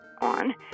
on